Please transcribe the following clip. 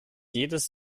jedes